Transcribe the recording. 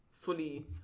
fully